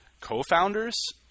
co-founders